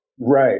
Right